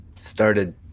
started